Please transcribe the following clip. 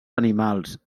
animals